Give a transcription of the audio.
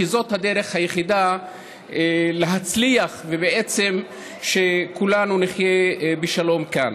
כי זאת הדרך היחידה להצליח ושכולנו נחיה בשלום כאן.